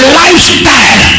lifestyle